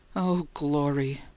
oh, glory!